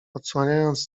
odsłaniając